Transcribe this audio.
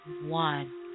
one